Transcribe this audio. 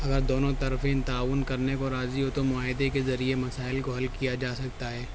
اگر دونوں طرفین تعاون کرنے کو راضی ہو تو معاہدے کے ذریعے مسائل کو حل کیا جا سکتا ہے